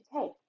take